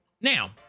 now